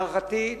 להערכתי,